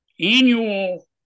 annual